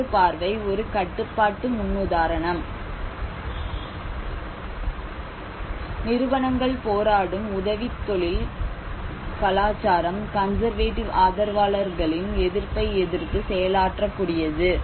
மற்றொரு பார்வை ஒரு கட்டுப்பாட்டு முன்னுதாரணம் நிறுவனங்கள் போராடும் உதவித் தொழில் கலாச்சாரம் கன்சர்வேடிவ் ஆதரவாளர்களின் எதிர்ப்பை எதிர்த்து செயலாற்றக் கூடியது